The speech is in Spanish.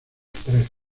tres